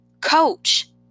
Coach